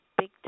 Big